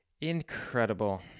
Incredible